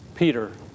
Peter